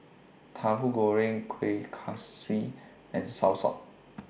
Tahu Goreng Kueh Kaswi and Soursop